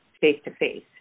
face-to-face